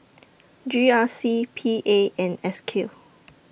G R C P A and S Q